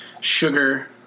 sugar